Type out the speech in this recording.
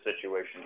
situation